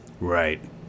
Right